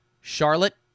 Charlotte